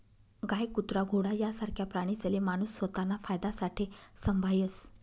गाय, कुत्रा, घोडा यासारखा प्राणीसले माणूस स्वताना फायदासाठे संभायस